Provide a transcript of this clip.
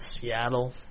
Seattle